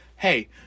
Hey